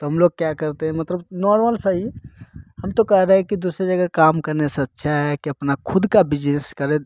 तो कि हम लोग क्या करते हैं मतलब नॉर्मल सा ही हम तो कह रहे हैं कि दूसरी जगह काम करने से अच्छा है कि अपना खुद का बिजनेस करें